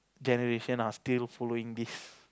generation are still following this